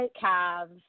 calves